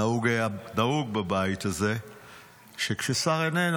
נהוג בבית הזה שכששר איננו,